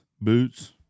boots